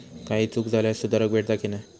काही चूक झाल्यास सुधारक भेटता की नाय?